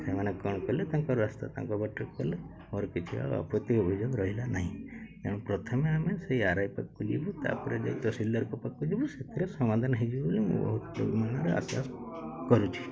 ସେମାନେ କ'ଣ କଲେ ତାଙ୍କ ରାସ୍ତା ତାଙ୍କ ବାଟରେ କଲେ ମୋର କିଛି ଆପତ୍ତି ଅଭିଯାନ ରହିଲା ନାହିଁ ତେଣୁ ପ୍ରଥମେ ଆମେ ସେଇ ଆର୍ ଆଇ ପାଖକୁ ଯିବୁ ତା'ପରେ ଯେହେତୁ ସିଲ ପାଖକୁ ଯିବୁ ସେଥିରେ ସମାଧାନ ହୋଇଯିବ ବୋଲି ମୁଁ ବହୁତ ପରିମାଣରେ ଆଶ୍ୱାସନା କରୁଛି